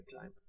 time